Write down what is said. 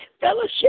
Fellowship